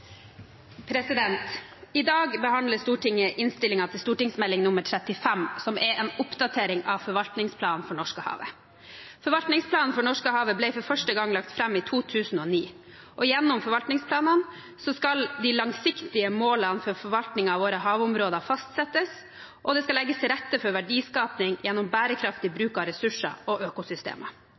en oppdatering av forvaltningsplanen for Norskehavet. Forvaltningsplanen for Norskehavet ble for første gang lagt fram i 2009, og gjennom forvaltningsplanen skal de langsiktige målene for forvaltningen av våre havområder fastsettes, og det skal legges til rette for verdiskaping gjennom bærekraftig bruk av ressurser og